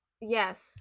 yes